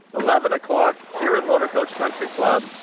eleven o'clock, here at motorcoach country club!